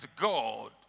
God